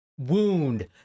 wound